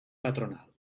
patronal